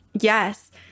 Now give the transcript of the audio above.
yes